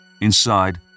Inside